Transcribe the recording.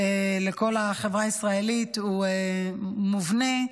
לכל חברה הישראלית הוא מובנה,